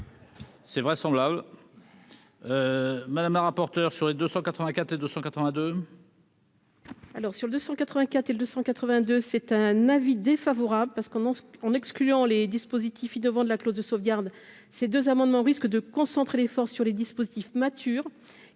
C'est vraisemblable, madame la rapporteure sur les 284 et 282.